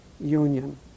Union